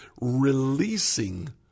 releasing